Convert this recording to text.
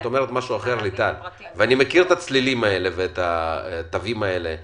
אני מכיר את הצלילים ואת התווים האלה בתשובות.